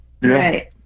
Right